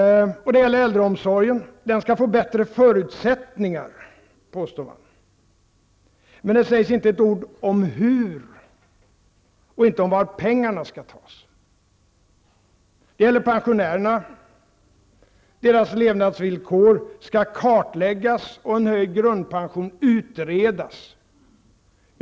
Det gäller äldreomsorgen. Den skall få bättre förutsättningar, påstår man. Men det sägs inte ett ord om hur och om var pengarna skall tas. Det gäller pensionärerna. Deras levnadsvillkor skall kartläggas och en höjd grundpension utredas.